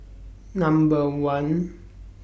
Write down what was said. Number one